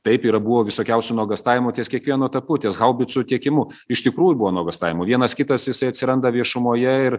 taip yra buvo visokiausių nuogąstavimų ties kiekvienu etapu dėl haubicų tiekimu iš tikrųjų buvo nuogąstavimų vienas kitas jisai atsiranda viešumoje ir